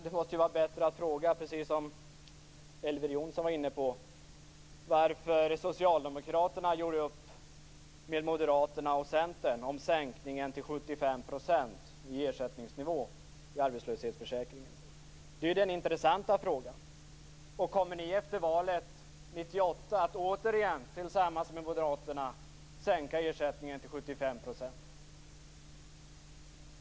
Det måste ju, precis som Elver Jonsson var inne på, vara bättre att fråga varför Socialdemokraterna gjorde upp med Moderaterna och Centern om sänkningen av ersättningsnivån i arbetslöshetsförsäkringen till 75 %. Det är ju den intressanta frågan. Kommer ni efter valet 1998 återigen att tillsammans med moderaterna sänka ersättningen till 75 %?